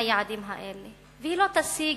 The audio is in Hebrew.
מהיעדים האלה והיא לא תשיג.